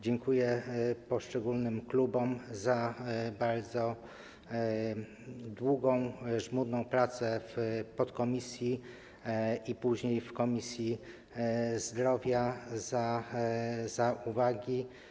Dziękuję poszczególnym klubom za bardzo długą, żmudną pracę w podkomisji i później w Komisji Zdrowia, za uwagi.